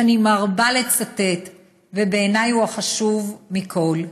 שאני מרבה לצטט ובעיניי הוא החשוב מכול: